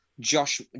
Josh